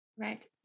Right